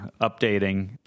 updating